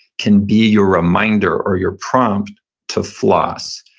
can be your reminder or your prompt to floss.